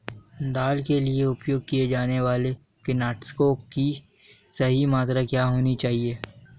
दाल के लिए उपयोग किए जाने वाले कीटनाशकों की सही मात्रा क्या होनी चाहिए?